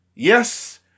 Yes